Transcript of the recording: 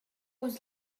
was